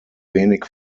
wenig